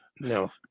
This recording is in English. No